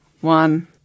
one